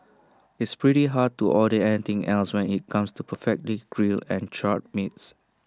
it's pretty hard to order anything else when IT comes to perfectly grilled and charred meats